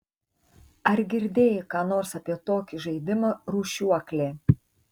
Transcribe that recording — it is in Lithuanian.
ar girdėjai ką nors apie tokį žaidimą rūšiuoklė